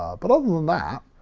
but other than that,